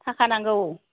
थाखा नांगौ